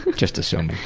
just assuming.